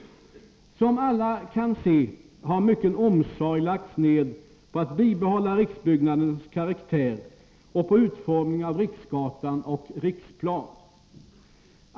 Som alla kan se har mycken omsorg lagts ned på att bibehålla riksbyggnadernas karaktär och på utformningen av Riksgatan och Riksplan.